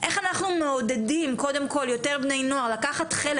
איך אנחנו מעודדים יותר בני נוער לקחת חלק